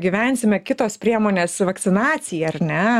gyvensime kitos priemonės vakcinacija ar ne